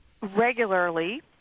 regularly